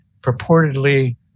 purportedly